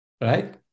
Right